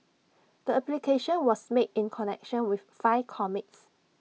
the application was made in connection with five comics